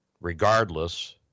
regardless